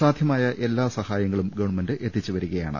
സാധ്യമായ എല്ലാ സഹായങ്ങളും ഗവൺമെന്റ് എത്തി ച്ചുവരികയാണ്